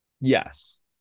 Yes